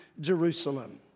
Jerusalem